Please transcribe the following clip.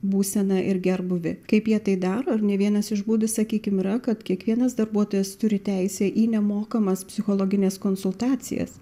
būseną ir gerbūvį kaip jie tai daro ar ne vienas iš būdų sakykim yra kad kiekvienas darbuotojas turi teisę į nemokamas psichologines konsultacijas